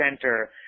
Center